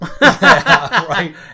Right